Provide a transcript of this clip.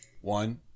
One